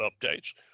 updates